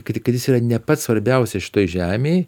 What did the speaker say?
kad kad jis yra ne pats svarbiausias šitoj žemėj